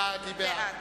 בעד